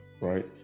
right